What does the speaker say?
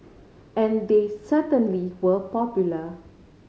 and they certainly were popular